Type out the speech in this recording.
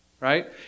Right